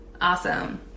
Awesome